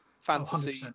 Fantasy